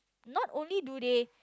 not only do they